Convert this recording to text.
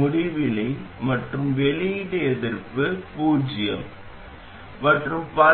முடிவிலி மற்றும் வெளியீடு எதிர்ப்பு பூஜ்யம் மற்றும் பல